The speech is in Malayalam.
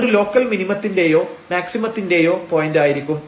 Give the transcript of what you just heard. അതൊരു ലോക്കൽ മിനിമത്തിന്റെയൊ മാക്സിമത്തിന്റെയൊ പോയന്റ് ആയിരിക്കും